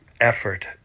effort